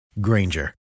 Granger